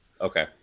Okay